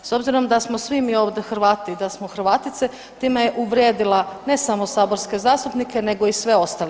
S obzirom da smo svi mi ovdje Hrvati i da smo Hrvatice time je uvrijedila ne samo saborske zastupnike nego i sve ostale.